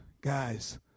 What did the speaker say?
guys